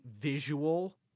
visual